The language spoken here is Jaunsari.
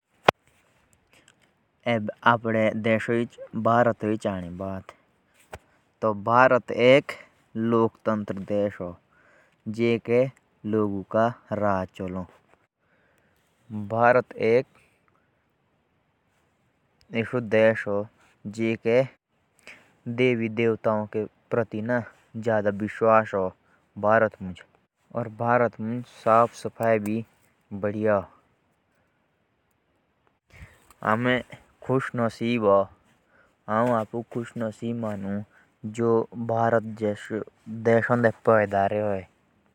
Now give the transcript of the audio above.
भारत एक लोकतंत्र देश। वहा लोगों का राज और यहा भगवानों का देश। हम खुश नसीब जो हम भारत जैसे देश में पैदा हुए।